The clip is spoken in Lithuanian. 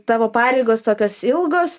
tavo pareigos tokios ilgos